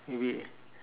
maybe